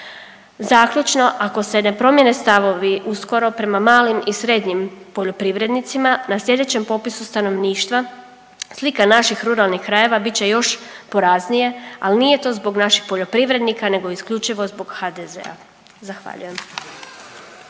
Zaključno, ako se ne promjene stavovi uskoro prema malim i srednjim poljoprivrednicima, na sljedećem popisu stanovništva slika naših ruralnih krajeva bit će još poraznije, ali nije to zbog naših poljoprivrednika nego isključivo zbog HDZ-a. Zahvaljujem.